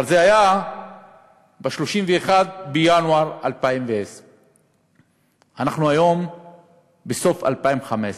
אבל זה היה ב-31 בינואר 2010. אנחנו היום בסוף 2015,